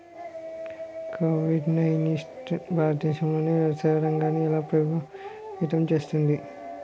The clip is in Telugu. కోవిడ్ నైన్టీన్ భారతదేశంలోని వ్యవసాయ రంగాన్ని ఎలా ప్రభావితం చేస్తుంది?